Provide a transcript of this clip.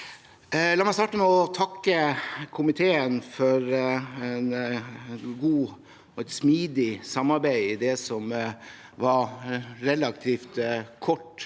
La meg starte med å takke komiteen for et godt og smidig samarbeid i det som var relativt kort